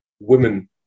women